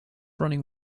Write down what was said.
running